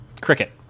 cricket